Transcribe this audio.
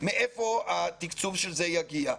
מאיפה התקצוב של זה יגיע.